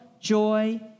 joy